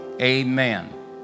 Amen